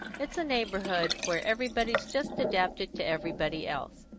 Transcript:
it's a neighbourhood where everybody's just adapted to everybody else.